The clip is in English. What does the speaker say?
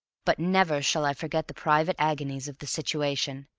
but never shall i forget the private agonies of the situation,